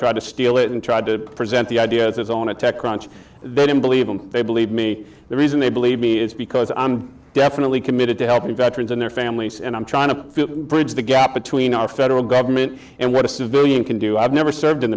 tried to steal it and tried to present the ideas on a tech crunch they didn't believe and they believe me the reason they believe me is because i am definitely committed to helping veterans and their families and i'm trying to bridge the gap between our federal government and what a civilian can do i have never served in